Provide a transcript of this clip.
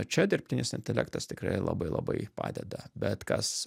čia dirbtinis intelektas tikrai labai labai padeda bet kas